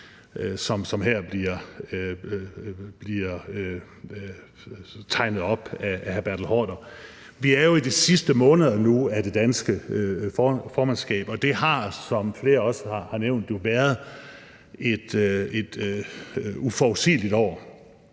som her bliver tegnet op af hr. Bertel Haarder. Vi er jo i de sidste måneder nu af det danske formandskab, og det har, som flere også har nævnt, været et uforudsigeligt år,